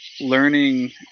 learning